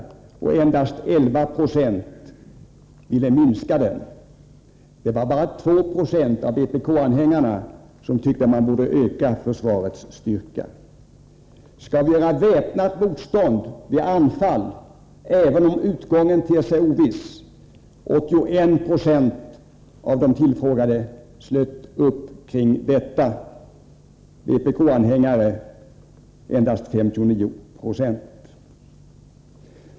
Endast 11 96 ville minska den. Det var bara 2 96 av vpkanhängarna som tyckte att man borde öka försvarets styrka. Skall vi göra väpnat motstånd vid anfall, även om utgången ter sig oviss? var en annan fråga. 81 96 av de tillfrågade slöt upp kring att man skulle göra det — av vpk-anhängarna endast 59 90.